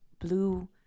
blue